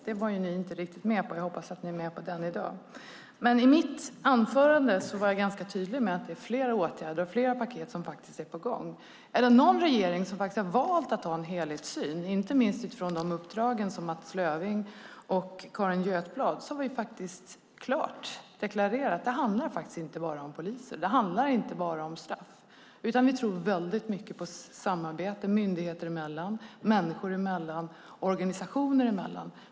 Det var ni inte riktigt med på. Jag hoppas att ni är med på det i dag. I mitt anförande var jag ganska tydlig med att det är fler åtgärder och fler paket som faktiskt är på gång. Denna regering om någon har faktiskt valt att ha en helhetssyn, inte minst utifrån Mats Löfvings och Carin Götblads uppdrag. Vi har klart deklarerat att det faktiskt inte bara handlar om poliser och straff, utan vi tror mycket på samarbete myndigheter emellan, människor emellan och organisationer emellan.